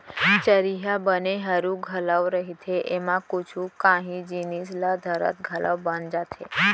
चरिहा बने हरू घलौ रहिथे, एमा कुछु कांही जिनिस ल धरत घलौ बन जाथे